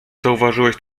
zauważyłeś